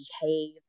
behave